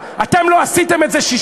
סליחה שאני כמובן אומר לך,